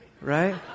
right